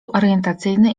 orientacyjny